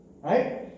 right